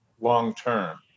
long-term